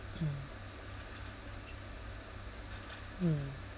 mm mm